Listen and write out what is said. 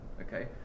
okay